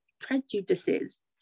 prejudices